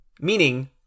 Meaning